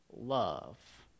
love